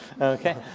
Okay